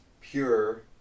pure